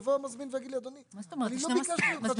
יבוא המזמין ויגיד לי שהוא לא ביקש שהיא תעבוד,